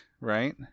right